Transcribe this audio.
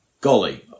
golly